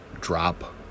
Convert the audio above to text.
drop